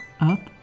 Up